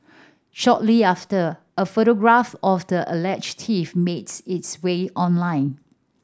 shortly after a photograph of the alleged thief made its way online